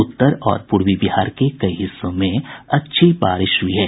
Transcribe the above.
उत्तर और पूर्वी बिहार के कई हिस्सों में अच्छी बारिश हुई है